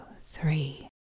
three